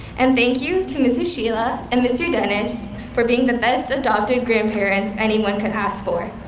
and thank you to mrs. sheila and mr. dennis for being the best adopted grandparents anyone could ask for.